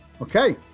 Okay